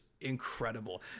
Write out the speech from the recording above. incredible